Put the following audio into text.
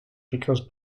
because